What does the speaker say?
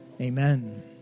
Amen